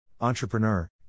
Entrepreneur